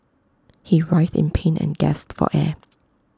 he writhed in pain and gasped for air